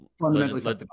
fundamentally